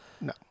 no